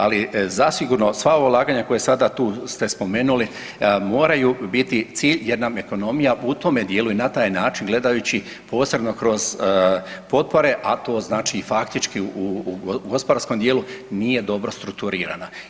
Ali zasigurno sva ulaganja koja sada ste tu spomenuli moraju biti cilj, jer nam ekonomija u tome dijelu i na taj način gledajući posebno kroz potpore, a to znači faktički u gospodarskom dijelu nije dobro strukturirana.